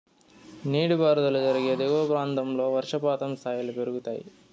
నీటిపారుదల జరిగే దిగువ ప్రాంతాల్లో వర్షపాతం స్థాయిలు పెరుగుతాయి